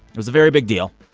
it was a very big deal.